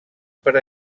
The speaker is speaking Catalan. per